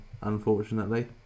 unfortunately